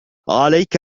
عليك